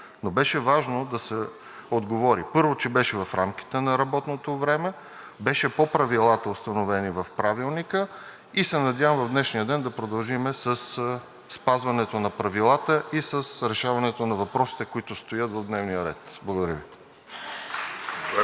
но беше важно да се отговори. Първо, че беше в рамките на работното време, беше по правилата, установени в Правилника, и се надявам в днешния ден да продължим със спазването на правилата и с решаването на въпросите, които стоят в дневния ред. Благодаря Ви.